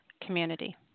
community